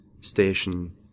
station